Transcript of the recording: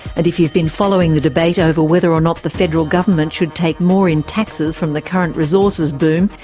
and if you've been following the debate over whether or not the federal government should take more in taxes from the current resources boom,